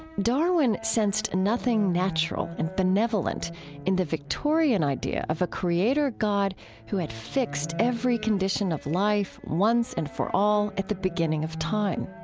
darwin sensed nothing natural and benevolent in the victorian idea of a creator god who had fixed every condition of life once and for all at the beginning of time.